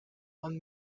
one